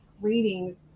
reading